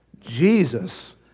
Jesus